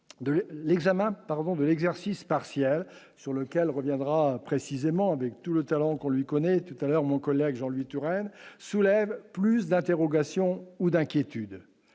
pardon de l'exercice partiel sur lequel reviendra précisément avec tout le talent qu'on lui connaît tout à l'heure, mon collègue Jean-Louis Touraine soulève plus d'interrogations ou d'inquiétude